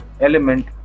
element